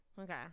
okay